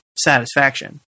satisfaction